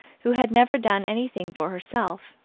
who had never done anything for herself,